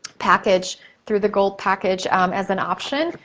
package through the gold package as an option.